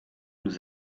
nous